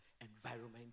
environment